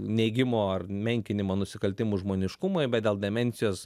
neigimo ar menkinimo nusikaltimų žmoniškumui bet dėl demencijos